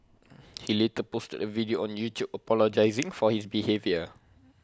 he later posted A video on YouTube apologising for his behaviour